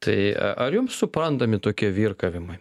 tai ar jums suprantami tokie virkavimai